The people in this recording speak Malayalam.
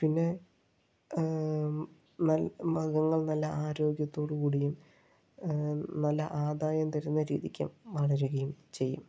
പിന്നെ മൃഗങ്ങൾ നല്ല ആരോഗ്യത്തോട് കൂടിയും നല്ല ആദായം തരുന്ന രീതിക്കും വളരുകയും ചെയ്യും